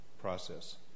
process